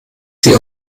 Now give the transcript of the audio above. sie